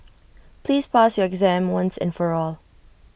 please pass your exam once and for all